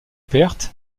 pertes